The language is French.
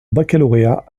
baccalauréat